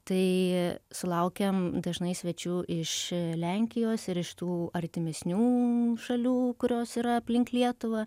tai sulaukiam dažnai svečių iš lenkijos ir iš tų artimesnių šalių kurios yra aplink lietuvą